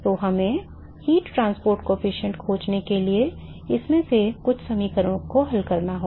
तो हमें ऊष्मा परिवहन गुणांक खोजने के लिए इनमें से कुछ समीकरणों को हल करना होगा